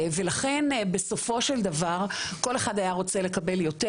ולכן בסופו של דבר כל אחד היה רוצה לקבל יותר,